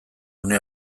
une